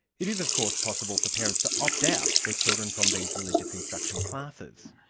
it is of course possible for parents to opt out their children from these religious instruction classes,